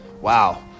Wow